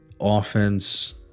Offense